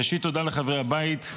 ראשית, תודה לחברי הבית.